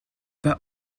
pas